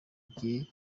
gihe